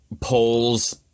polls